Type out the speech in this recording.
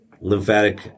lymphatic